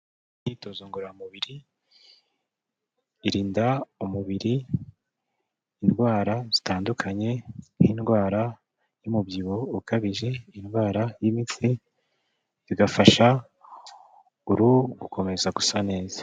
Imyitozo ngororamubiri, irinda umubiri indwara zitandukanye, nk'indwara y'umubyibuho ukabije, indwara y'imitsi, igafasha uruhu gukomeza gusa neza.